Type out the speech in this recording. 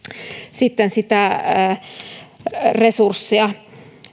sitten sitä resurssia